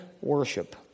worship